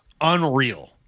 unreal